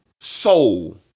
soul